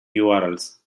urls